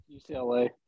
UCLA